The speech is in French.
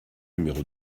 numéro